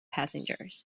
passengers